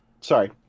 sorry